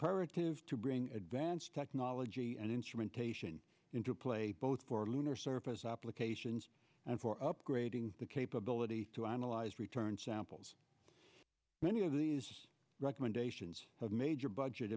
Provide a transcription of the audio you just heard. imperative to bring advanced technology and instrumentation into play both for lunar surface applications and for upgrading the capability to analyze return samples many of these recommendations have major budget